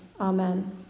Amen